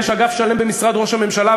יש אגף שלם במשרד ראש הממשלה,